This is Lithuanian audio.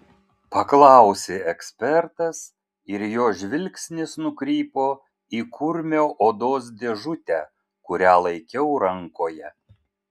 paklausė ekspertas ir jo žvilgsnis nukrypo į kurmio odos dėžutę kurią laikiau rankoje